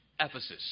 Ephesus